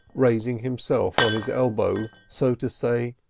raising himself on his elbow, so to say,